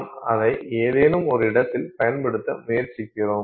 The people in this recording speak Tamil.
நாம் அதை ஏதேனும் ஒரு இடத்தில் பயன்படுத்த முயற்சிக்கிறோம்